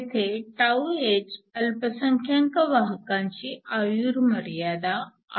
येथे τh अल्पसंख्यांक वाहकांची आयुर्मर्यादा minority life time